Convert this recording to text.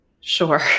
Sure